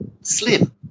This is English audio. slim